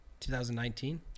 2019